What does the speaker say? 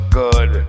good